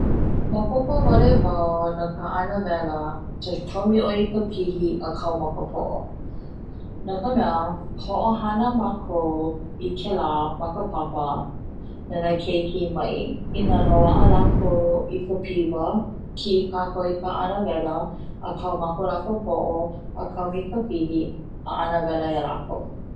Maopopo wale wau no ka ana wela kaumi ʻoe i ka pihi a kau ma ka poʻo. no ka mea hoʻohana makou i kela ma ka papa nona keiki maʻi i na loaʻa lakou i ka piwa kiʻi kakou i ka ana wela a kau ma ka lakou poʻo a kaumi ka pihi a ana wela ia lakou.